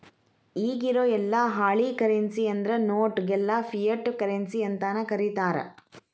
ಇಗಿರೊ ಯೆಲ್ಲಾ ಹಾಳಿ ಕರೆನ್ಸಿ ಅಂದ್ರ ನೋಟ್ ಗೆಲ್ಲಾ ಫಿಯಟ್ ಕರೆನ್ಸಿ ಅಂತನ ಕರೇತಾರ